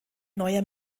neuer